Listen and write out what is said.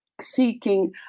seeking